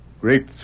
great